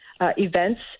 events